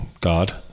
god